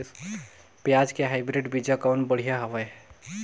पियाज के हाईब्रिड बीजा कौन बढ़िया हवय?